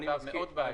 זה מצב מאוד בעייתי.